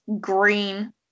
green